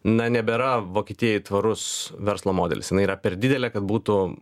na nebėra vokietijai tvarus verslo modelis jinai yra per didelė kad būtų